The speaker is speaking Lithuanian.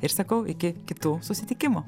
ir sakau iki kitų susitikimų